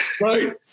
right